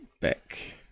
back